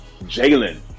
Jalen